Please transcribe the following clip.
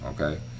okay